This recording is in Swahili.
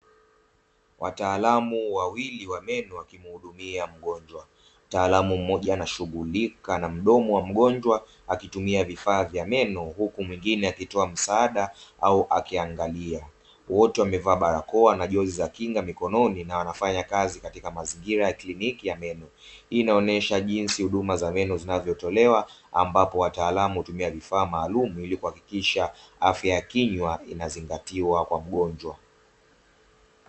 Wataalamu wawiwili wa meno wakihudumia mgonjwa. Mtaalamu mmoja anashughulika na mdomo wa mgonjwa akitumia vifaa vya meno huku mwingine akitoa msaada au akiangalia. Wote wamevaa barakoa na juzi za kinga mikononi na anafanya kazi katika mazingira ya Kliniki. Hii inaonyesha jinsi huduma za meno zinavyotolewa ambapo wataalamu tumia vifaa maalumu ili kuhakikisha afya ya kinywa inazingatia kwa mgonjwa .